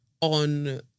on